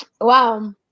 Wow